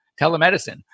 telemedicine